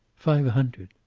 five hundred.